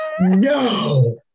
No